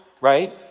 right